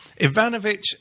Ivanovic